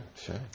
sure